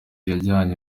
yajyanywe